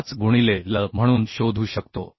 85 गुणिले L म्हणून शोधू शकतो